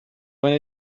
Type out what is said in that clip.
when